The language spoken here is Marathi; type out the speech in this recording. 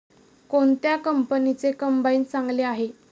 कोणत्या कंपनीचे कंबाईन चांगले आहे?